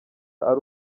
ari